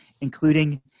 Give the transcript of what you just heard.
including